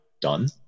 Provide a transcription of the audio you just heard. done